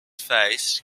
faced